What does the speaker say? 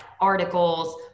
articles